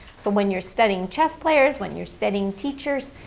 so when you're studying chess players, when you're studying teachers,